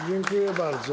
Dziękuję bardzo.